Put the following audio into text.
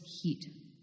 heat